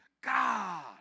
God